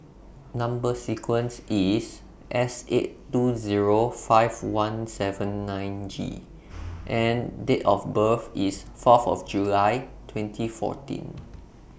Number sequence IS S eight two Zero five one seven nine G and Date of birth IS Fourth of July twenty fourteen